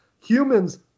Humans